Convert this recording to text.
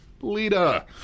Lita